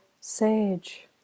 sage